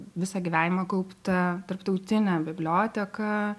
visą gyvenimą kaupta tarptautinė biblioteka